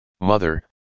Mother